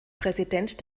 präsident